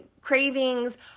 cravings